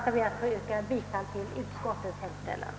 Jag ber att få yrka bifall till utskottets hemställan.